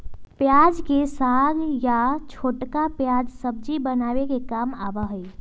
प्याज के साग या छोटका प्याज सब्जी बनावे के काम आवा हई